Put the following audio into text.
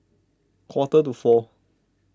quarter to four